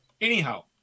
Anyhow